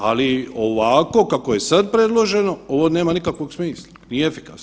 Ali ovako kako je sad predloženo, ovo nema nikakvog smisla, nije efikasno.